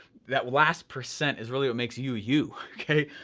that last percent is really what makes you you, okay?